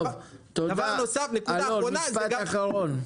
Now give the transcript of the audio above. נקודה אחרונה,